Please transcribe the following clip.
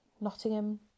Nottingham